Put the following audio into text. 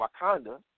Wakanda